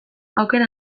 aukera